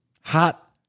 Hot